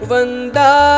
Vanda